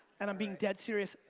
and i'm being dead serious.